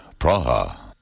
Praha